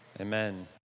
amen